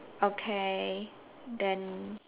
okay then